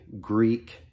Greek